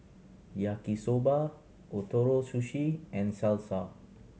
Yaki Soba Ootoro Sushi and Salsa